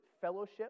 fellowship